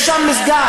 יש שם מסגד,